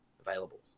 available